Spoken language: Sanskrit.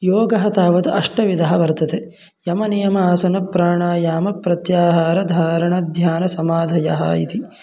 योगः तावत् अष्टविधः वर्तते यमनियमासनप्राणायामप्रत्याहारधारणध्यानसमाधयः इति